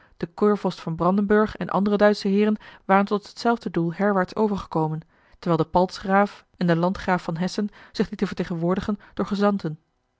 keurvorst van brandenburg en andere duitsche heeren waren tot hetzelfde doel herwaarts overgekomen terwijl de paltsgraaf en de landgraaf van hessen zich lieten vertegenwoordigen door gezanten